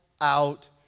out